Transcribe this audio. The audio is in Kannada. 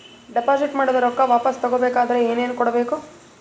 ಡೆಪಾಜಿಟ್ ಮಾಡಿದ ರೊಕ್ಕ ವಾಪಸ್ ತಗೊಬೇಕಾದ್ರ ಏನೇನು ಕೊಡಬೇಕು?